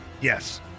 Yes